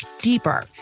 deeper